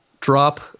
drop